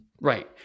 Right